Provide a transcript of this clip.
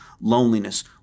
loneliness